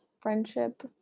friendship